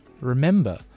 remember